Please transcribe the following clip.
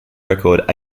record